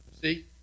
See